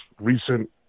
recent